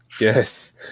Yes